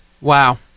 Wow